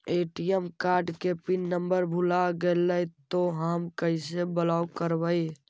ATM card को pin number भुला गैले तौ हम कैसे ब्लॉक करवै?